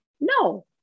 No